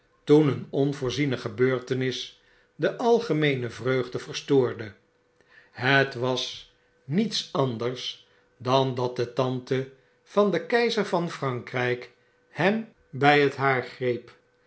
toen een onvoorziene gebeurtenis de algemeene vreugde verstoorde het was niets anders dan dat de tante van den keizer van frankryk hem by het haar greep